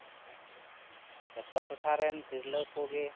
ᱡᱚᱛᱚ ᱴᱚᱴᱷᱟᱨᱮᱱ ᱛᱤᱨᱞᱟᱹ ᱠᱚᱜᱮ